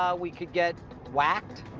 um we could get whacked?